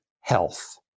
health